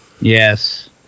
Yes